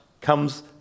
comes